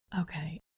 Okay